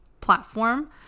platform